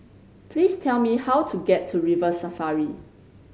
please tell me how to get to River Safari